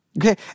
Okay